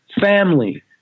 family